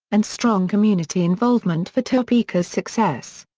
and strong community involvement for topeka's success.